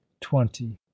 twenty